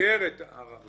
מאפשר את ההארכה.